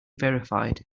verified